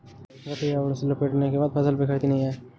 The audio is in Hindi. गठरी आवरण से लपेटने के बाद फसल बिखरती नहीं है